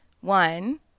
one